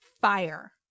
fire